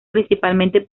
principalmente